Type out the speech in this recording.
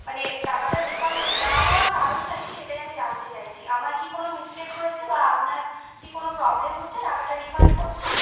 মানে টাকাটা রিফান্ড না হওয়ার কারণটা কী সেটাই আমি জানতে চাইছি আমার কি কোনো মিসটেক হয়েছে বা আপনার কি কোনো প্রবলেম হচ্ছে টাকাটা রিফান্ড করতে